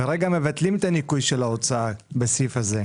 כרגע מבטלים את הניכוי של ההוצאה בסעיף הזה.